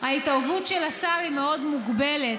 ההתערבות של השר היא מאוד מוגבלת,